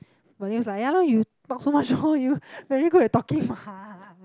but he was like ya lah you talk so much hor you very good at talking [what]